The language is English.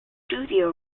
studio